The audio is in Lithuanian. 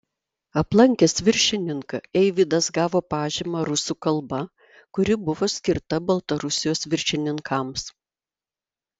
aplankęs viršininką eivydas gavo pažymą rusų kalba kuri buvo skirta baltarusijos viršininkams